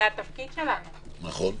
זה התפקיד שלהם.